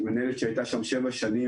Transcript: של מנהלת שהייתה שם במשך שבע שנים,